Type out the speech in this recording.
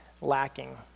lacking